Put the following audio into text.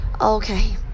Okay